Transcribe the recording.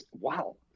wow